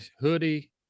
hoodie